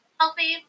healthy